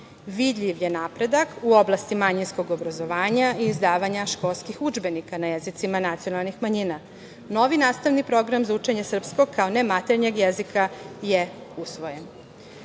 istog. Vidljiv je napredak u oblasti manjinskog obrazovanja i izdavanja školskih udžbenika na jezicima nacionalnih manjina. Novi nastavni program za učenje srpskog, kao nematernjeg jezika je usvojen.I